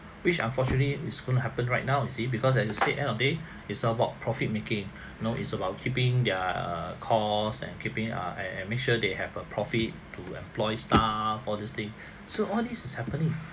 which unfortunately is going to happen right now you see because as I said end of the day it's about profit making you know it's about keeping their costs and keeping err eh make sure they have a profit to employ staff all this thing so all this is happening